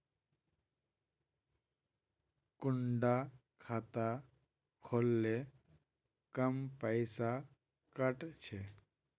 कुंडा खाता खोल ले कम पैसा काट छे?